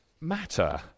matter